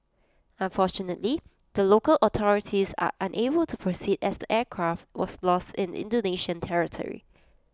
unfortunately the local authorities are unable to proceed as the aircraft was lost in Indonesia territory